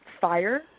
fire